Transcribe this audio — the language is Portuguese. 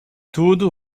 tudo